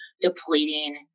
depleting